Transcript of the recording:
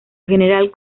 general